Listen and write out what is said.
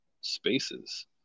spaces